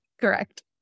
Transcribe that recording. Correct